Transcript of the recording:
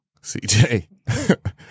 CJ